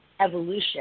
evolution